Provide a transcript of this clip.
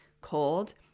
cold